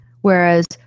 Whereas